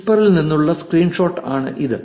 വിസ്പറിൽ നിന്നുള്ള സ്ക്രീൻഷോട്ടാണിത്